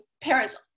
parents